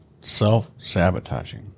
Self-sabotaging